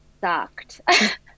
sucked